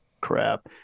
crap